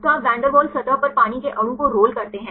तो आप van der Waals सतह पर पानी के अणु को रोल करते हैं